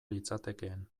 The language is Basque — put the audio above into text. litzatekeen